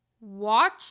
watch